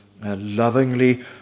lovingly